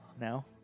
now